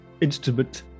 instrument